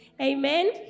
Amen